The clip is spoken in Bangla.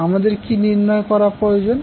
আমাদের কী নির্ণয় করা প্রয়োজন